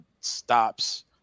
stops